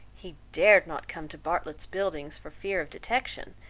he dared not come to bartlett's buildings for fear of detection,